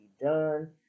done